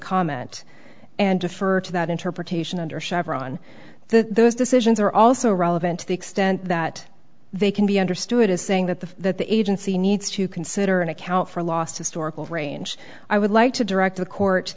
comment and defer to that interpretation under chevron those decisions are also relevant to the extent that they can be understood as saying that the that the agency needs to consider and account for lost historical range i would like to direct the court